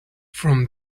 from